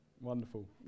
Wonderful